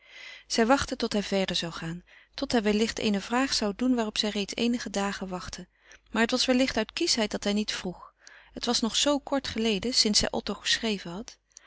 zij wachtte tot hij verder zou gaan tot hij wellicht eene vraag zou doen waarop zij reeds eenige dagen wachtte maar het was wellicht uit kieschheid dat hij niet vroeg het was nog zoo kort geleden sinds zij otto geschreven had